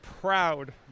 proud